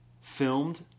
filmed